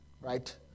right